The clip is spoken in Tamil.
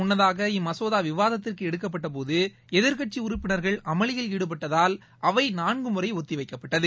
முன்னதாக இம்மசோதா விவாத்திற்கு எடுக்கப்பட்ட போது எதிர்கட்சி உறுப்பினர்கள் அமளியில் ஈடுபட்டதால் அவை நான்கு முறை ஒத்தி வைக்கப்பட்டது